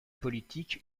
politique